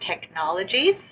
technologies